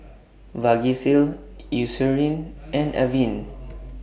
Vagisil Eucerin and Avene